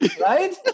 right